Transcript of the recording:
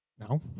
No